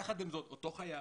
יחד עם זאת, אותו חייל,